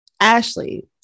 Ashley